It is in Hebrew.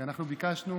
כי אנחנו ביקשנו.